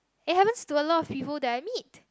it happens to a lot of people that I meet